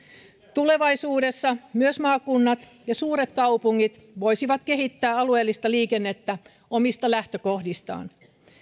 tulevaisuudessa myös maakunnat ja suuret kaupungit voisivat kehittää alueellista liikennettä omista lähtökohdistaan